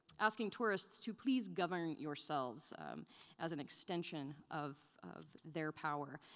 asking tourists to please govern yourselves as an extension of of their power.